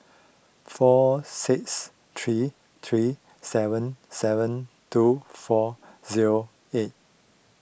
four six three three seven seven two four zero eight